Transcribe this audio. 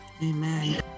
Amen